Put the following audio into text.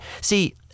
See